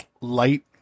light